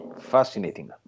Fascinating